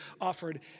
offered